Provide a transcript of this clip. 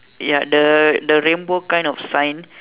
ya the the rainbow kind of sign